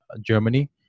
Germany